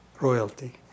royalty